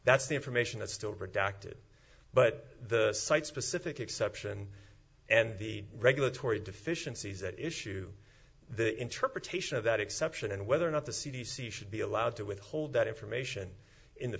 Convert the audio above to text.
that's the information that's still redacted but the site specific exception and the regulatory deficiencies that issue the interpretation of that exception and whether or not the c d c should be allowed to withhold that information in the